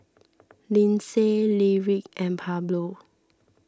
Lindsay Lyric and Pablo